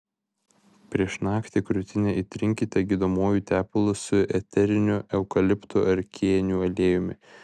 prieš naktį krūtinę įtrinkite gydomuoju tepalu su eteriniu eukaliptų ar kėnių aliejumi